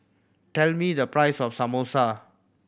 tell me the price of Samosa